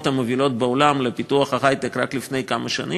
המובילות בעולם לפיתוח היי-טק רק לפני כמה שנים?